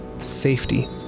Safety